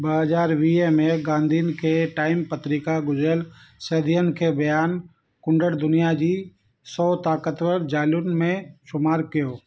ॿ हज़ार वीह में गांधीअ खे टाइम पत्रिका गुज़िरियल सदीअ खे बयानु कंदड़ दुनिया जी सौ ताक़तवर ज़ालुनि में शुमारु कयो